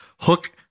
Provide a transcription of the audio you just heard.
hook